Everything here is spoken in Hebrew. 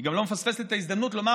היא גם לא מפספסת את ההזדמנות לומר: